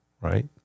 right